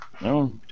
No